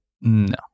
No